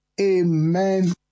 Amen